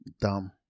dumb